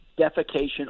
defecation